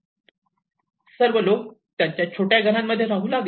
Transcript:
म्हणून सर्व लोक त्यांच्या छोट्या घरांमध्ये राहू लागले